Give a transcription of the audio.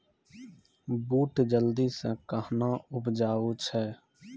बूट जल्दी से कहना उपजाऊ छ?